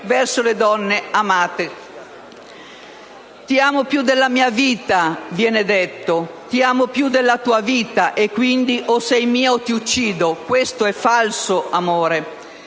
verso le donne amate. «Ti amo più della mia vita», viene detto; «Ti amo più della tua vita: e quindi o sei mia o ti uccido». Questo è falso amore.